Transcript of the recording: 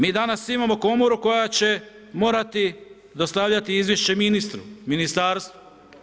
Mi danas imamo komoru koja će morati dostavljati izvješće ministru, ministarstvu.